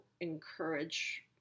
encourage